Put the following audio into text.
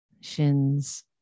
shins